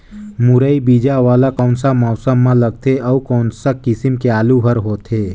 मुरई बीजा वाला कोन सा मौसम म लगथे अउ कोन सा किसम के आलू हर होथे?